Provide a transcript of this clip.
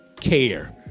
care